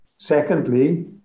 Secondly